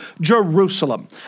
Jerusalem